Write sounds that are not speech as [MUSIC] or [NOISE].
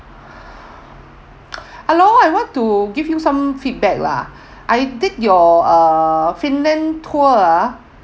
[BREATH] hello I want to give you some feedback lah [BREATH] I take your uh finland tour ah